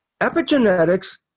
Epigenetics